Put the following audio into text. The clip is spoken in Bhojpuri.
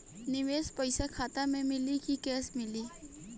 निवेश पइसा खाता में मिली कि कैश मिली?